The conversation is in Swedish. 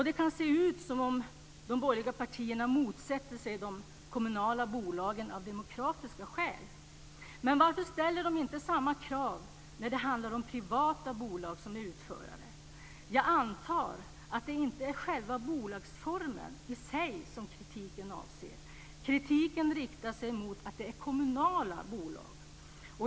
Det kan se ut som om de borgerliga partierna motsätter sig de kommunala bolagen av demokratiska skäl, men varför ställer de inte samma krav när det handlar om privata bolag som utförare? Jag antar att det inte är själva bolagsformen i sig som kritiken avser, utan kritiken riktar sig mot att det är kommunala bolag.